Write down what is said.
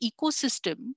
ecosystem